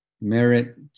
merit